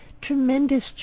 tremendous